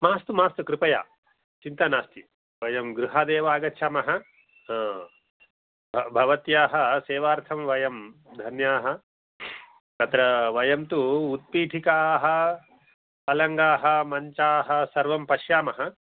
मास्तु मास्तु कृपया चिन्ता नास्ति वयं गृहादेव आगच्छामः भवत्याः सेवार्थं वयं धन्याः तत्र वयं तु उत्पीठिकाः पलङ्गाः मञ्चाः सर्वं पश्यामः